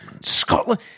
Scotland